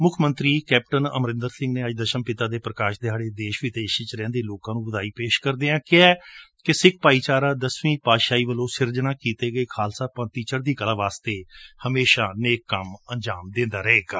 ਮੁੱਖ ਮੰਤਰੀ ਕੈਪਟਨ ਅਮਰੰਦਰ ਸਿੰਘ ਨੇ ਅੱਜ ਦਸ਼ਮਪਿਤਾ ਦੇ ਪ੍ਰਕਾਸ਼ ਦਿਹਾੜੇ ਦੇਸ਼ ਵਿਦੇਸ਼ ਵਿਚ ਰਹਿਂਦੇ ਲੋਕਾਂ ਨੂੰ ਵਧਾਈ ਪੇਸ਼ ਕਰਦਿਆਂ ਕਿਹੈ ਕਿ ਸਿੱਖ ਭਾਈਚਾਰ ਦਸਵੀਂ ਪਾਤਸ਼ਾਹੀ ਵੱਲੋਂ ਸਿਰਜਣਾ ਕੀਤੇ ਗਏ ਖਾਲਸਾ ਪੰਬ ਦੀ ਚੜੂਦੀ ਕਲਾ ਲਈ ਹਮੇਸ਼ਾ ਨੇਕ ਕੰਮ ਅੰਜਾਮ ਦਿੰਦਾ ਰਹੇਗਾ